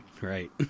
right